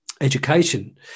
education